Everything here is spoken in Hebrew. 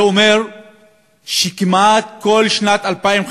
זה אומר שכמעט כל שנת 2015